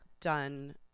done